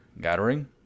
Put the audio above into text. gathering